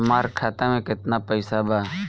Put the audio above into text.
हमार खाता मे केतना पैसा बा?